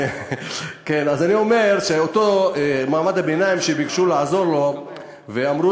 אני אומר שאותו מעמד ביניים שביקשו לעזור לו ואמרו,